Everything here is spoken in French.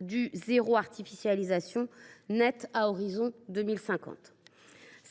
du « zéro artificialisation nette » à l’horizon 2050.